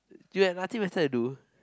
you have nothing better to do